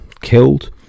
killed